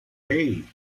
hey